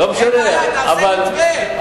אין בעיה, נעשה מתווה.